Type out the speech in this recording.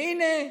והינה,